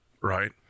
right